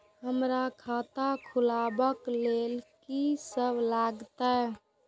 हमरा खाता खुलाबक लेल की सब लागतै?